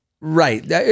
Right